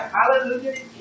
Hallelujah